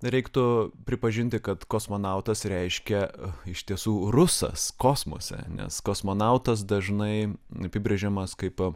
reiktų pripažinti kad kosmonautas reiškia iš tiesų rusas kosmose nes kosmonautas dažnai apibrėžiamas kaip